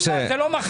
אם לא, זה לא מחנה.